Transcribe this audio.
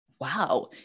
wow